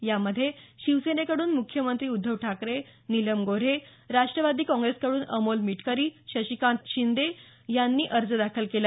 यामध्ये शिवसेनेकडून मुख्यमंत्री उद्धव ठाकरे नीलम गोऱ्हे राष्ट्रवादी काँग्रेसकडून अमोल मिटकरी शशिकांत शिंदे यांनी अर्ज दाखल केला